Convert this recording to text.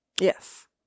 Yes